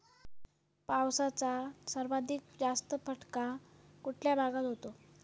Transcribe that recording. पावसाचा सर्वाधिक जास्त फटका कुठल्या भागात होतो?